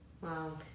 Wow